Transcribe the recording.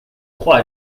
trois